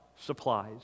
supplies